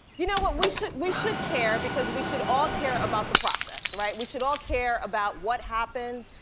you know what? we should we should care because we should all care about the process, right? we should all care about what happened,